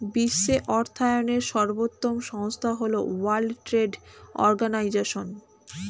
বিশ্বের অর্থায়নের সর্বোত্তম সংস্থা হল ওয়ার্ল্ড ট্রেড অর্গানাইজশন